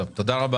טוב, תודה רבה.